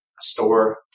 store